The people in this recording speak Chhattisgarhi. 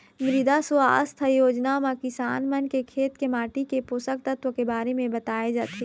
मृदा सुवास्थ योजना म किसान मन के खेत के माटी के पोसक तत्व के बारे म बताए जाथे